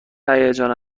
هیجان